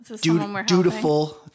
dutiful